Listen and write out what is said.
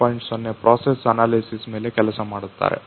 0 process analysis ಮೇಲೆ ಕೆಲಸ ಮಾಡುತ್ತಾರೆ